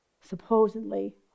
supposedly